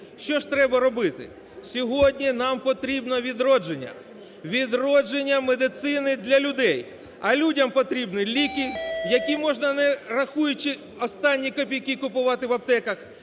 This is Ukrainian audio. Що ж треба робити? Сьогодні нам потрібно відродження, відродження медицини для людей. А людям потрібні ліки, які можна, не рахуючи останні копійки, купувати в аптеках.